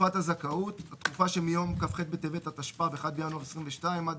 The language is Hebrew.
"תקופת הזכאות" התקופה שמיום כ"ח בטבת התשפ"ב (1 בינואר 2022) עד